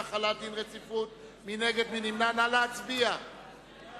והיא תעבור לדיון להכנה לקריאה שנייה ולקריאה שלישית לוועדת העבודה,